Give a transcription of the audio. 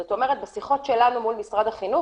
זאת אומרת בשיחות שלנו מול משרד החינוך